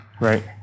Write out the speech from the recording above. Right